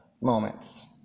moments